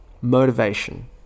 motivation